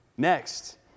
Next